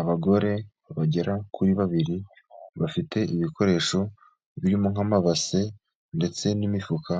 Abagore bagera kuri babiri bafite ibikoresho birimo nk'amabase ndetse n'imifuka,